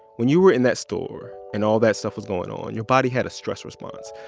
when you were in that store and all that stuff was going on, your body had a stress response.